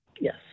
Yes